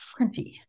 crunchy